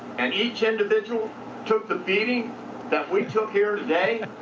and each individual took the beating that we took here today.